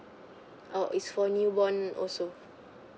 oh it's for newborn also